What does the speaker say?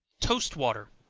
toast water.